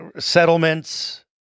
settlements